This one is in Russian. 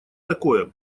такое